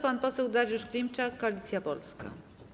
Pan poseł Dariusz Klimczak, Koalicja Polska.